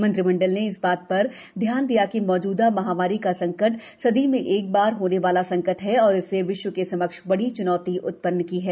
मंत्रिमंडल ने इस बात पर ध्यान दिया कि मौज़दा महामारी का संकट सदी में एक बार होने वाला संकट है और इसने विश्व के समक्ष बड़ी चुनौती उत्पन्न की है